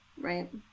right